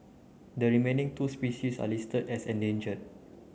the remaining two species are listed as endangered